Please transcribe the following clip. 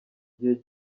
gihe